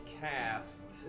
cast